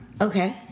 Okay